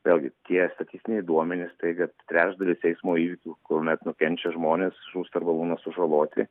vėlgi tie statistiniai duomenys tai kad trečdalis eismo įvykių kuomet nukenčia žmonės žūsta arba būna sužaloti